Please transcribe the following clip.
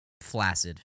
flaccid